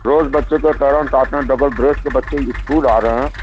روز بچوں کے پیرینٹس آتے ہیں بغیر ڈریس کے بچے اسکول آ رہے ہیں